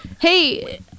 hey